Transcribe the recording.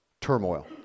turmoil